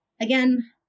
Again